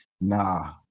Nah